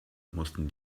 mussten